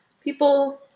People